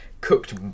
cooked